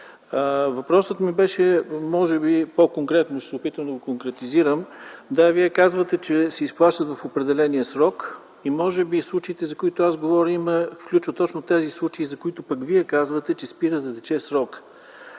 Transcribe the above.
Въпросът ми беше, ще се опитам да го конкретизирам – да, Вие казвате, че се изплащат в определения срок и може би случаите, за които аз говоря включват точно тези случаи, за които Вие казвате, че спира да тече срокът.